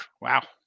Wow